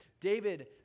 David